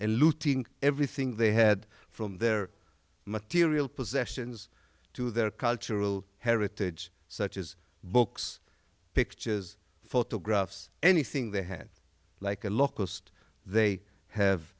and looting everything they had from their material possessions to their cultural heritage such as books pictures photographs anything they had like a